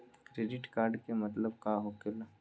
Credit card के मतलब का होकेला?